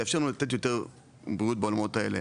זה יאפשר לנו לתת יותר בריאות בעולמות האלה.